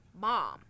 mom